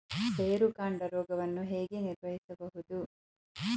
ಬೇರುಕಾಂಡ ರೋಗವನ್ನು ಹೇಗೆ ನಿರ್ವಹಿಸಬಹುದು?